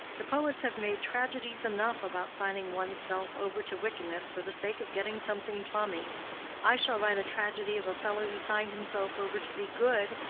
the poets have made tragedies enough about signing one's self over to wickedness for the sake of getting something plummy i shall write a tragedy of a fellow who signed himself over to be good,